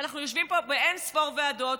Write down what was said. ואנחנו יושבים פה באין-ספור ועדות,